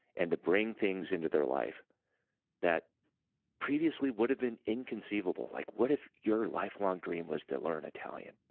and to bring things into their life that previously would've been inconceivable, like what if your lifelong dream was to learn italian,